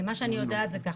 מה שאני יודעת זה כך,